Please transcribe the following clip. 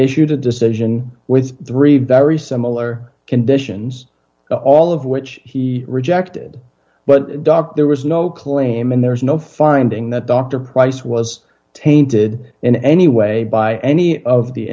issued a decision with three very similar conditions all of which he rejected but doc there was no claim and there was no finding that dr price was tainted in any way by any of the